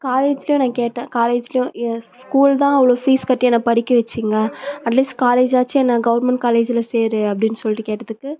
காலேஜ்லேயும் நான் கேட்டேன் காலேஜ்லேயும் என் ஸ்கூல் தான் அவ்வளவு ஃபீஸ் கட்டி என்னை படிக்க வெச்சீங்க அட்லீஸ்ட் காலேஜ் ஆச்சும் என்னை கவர்மெண்ட் காலேஜில் சேர் அப்படின்னு சொல்லிட்டு கேட்டதுக்கு